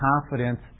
confidence